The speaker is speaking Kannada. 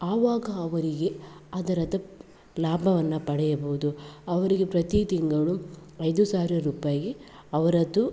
ಆವಾಗ ಅವರಿಗೆ ಅದರದ ಲಾಭವನ್ನ ಪಡೆಯಬಹುದು ಅವರಿಗೆ ಪ್ರತಿ ತಿಂಗಳು ಐದು ಸಾವಿರ ರೂಪಾಯಿ ಅವರದ್ದು